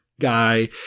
guy